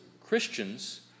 Christians